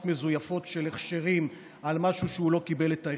מזויפות של הכשרים על משהו שלא קיבל את ההכשר,